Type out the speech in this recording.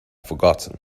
forgotten